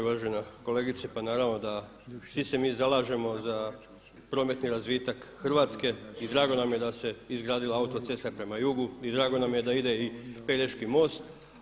Uvažena kolegice, pa naravno da svi se mi zalažemo za prometni razvitak Hrvatske i drago nam je da se izgradila autocesta prema jugu i drago nam je da ide i Pelješki most.